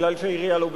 כי העירייה לא בסדר.